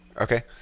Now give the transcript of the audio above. Okay